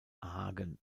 hagen